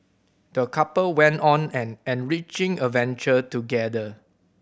the couple went on an enriching adventure together